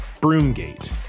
Broomgate